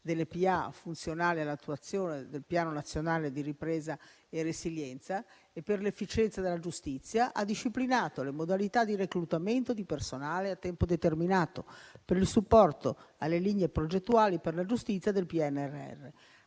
funzionale all'attuazione del Piano nazionale di ripresa e resilienza e per l'efficienza della giustizia, ha disciplinato le modalità di reclutamento di personale a tempo determinato per il supporto alle linee progettuali per la giustizia del PNRR.